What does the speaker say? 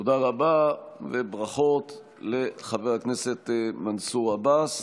תודה רבה, וברכות לחבר הכנסת מנסור עבאס.